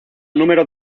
número